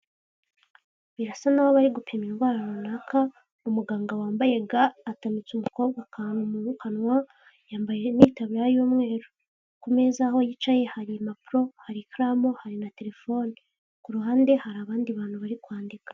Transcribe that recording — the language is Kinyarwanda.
Birasa naho bari gupima indwara runaka. Umuganga wambaye ga atamitse umukobwa kanu mu kanwa yambaye n' itaburiya y'umweru. Ku meza aho yicaye hari impapuro hari ikaramu hari na telefone, ku ruhande hari abandi bantu bari kwandika.